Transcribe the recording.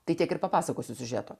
tai tiek ir papasakosiu siužeto